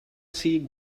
see